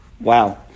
Wow